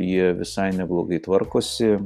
jie visai neblogai tvarkosi